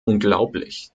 unglaublich